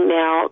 now